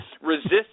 resist